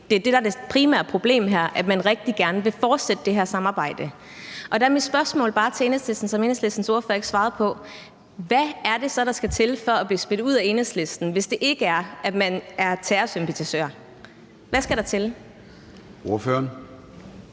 der er det primære problem her – at man rigtig gerne vil fortsætte det her samarbejde. Der er mit spørgsmål bare til Enhedslisten, som Enhedslistens ordfører ikke svarede på: Hvad er det så, der skal til for at blive smidt ud af Enhedslisten, hvis det ikke er, at man er terrorsympatisør? Hvad skal der til? Kl.